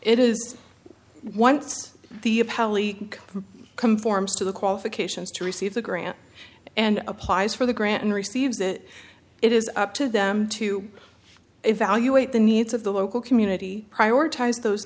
it is once the appellee conforms to the qualifications to receive the grant and applies for the grant and receives it it is up to them to evaluate the needs of the local community prioritize those